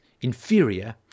inferior